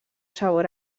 sabor